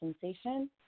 sensation